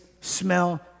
smell